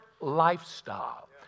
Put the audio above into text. lifestyle